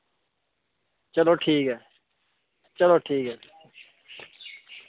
चलो ठीक ऐ चलो ठीक ऐ